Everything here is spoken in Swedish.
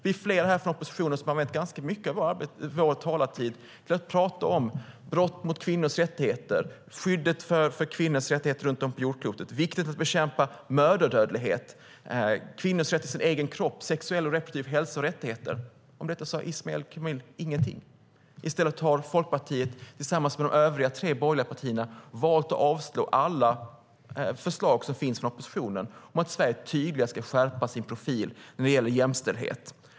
Vi är flera här från oppositionen som har använt ganska mycket av vår talartid till att tala om brott mot kvinnors rättigheter och skyddet för kvinnors rättigheter runt om på jordklotet. Det är viktigt att bekämpa mödradödlighet och att hävda kvinnors rätt till sin egen kropp och till sexuell och reproduktiv hälsa och rättigheter. Om detta sade Ismail Kamil ingenting. I stället har Folkpartiet tillsammans med de övriga tre borgerliga partierna valt att avslå alla förslag som finns från oppositionen om att Sverige tydligare ska skärpa sin profil när det gäller jämställdhet.